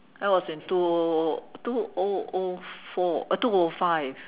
that was in two O O O two O O four two O O five